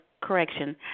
correction